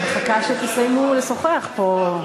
אני מחכה שתסיימו לשוחח פה.